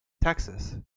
Texas